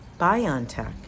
Biontech